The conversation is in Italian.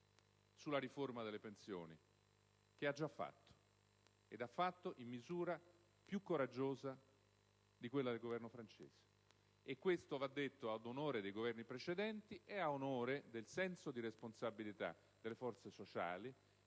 sulla riforma delle pensioni, che ha già fatto ed in misura più coraggiosa di quella del Governo francese. Questo va detto ad onore dei Governi precedenti e del senso di responsabilità delle forze sociali,